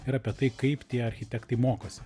ir apie tai kaip tie architektai mokosi